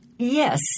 Yes